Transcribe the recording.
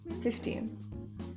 Fifteen